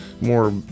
more